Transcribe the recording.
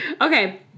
Okay